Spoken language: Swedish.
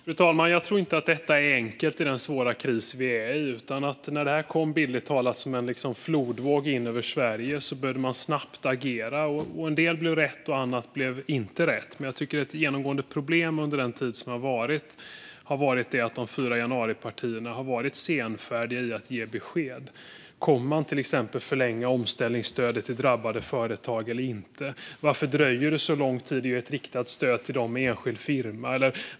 Fru talman! Jag tror inte att detta är enkelt i den svåra kris som vi är i. När det här kom som en flodvåg, bildligt talat, in över Sverige började man snabbt agera. En del blev rätt, annat blev inte rätt, men jag tycker att ett genomgående problem har varit att de fyra januaripartierna har varit senfärdiga i att ge besked. Kommer man till exempel att förlänga omställningsstödet till drabbade företag eller inte? Varför dröjer det så lång tid att ge ett riktat stöd till dem med enskild firma?